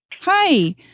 Hi